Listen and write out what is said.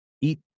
eat